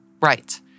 Right